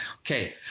okay